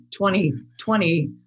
2020